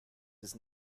his